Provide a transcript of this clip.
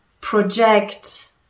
project